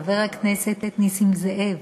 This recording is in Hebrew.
חבר הכנסת נסים זאב,